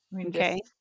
Okay